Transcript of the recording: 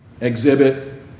exhibit